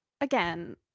again